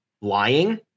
lying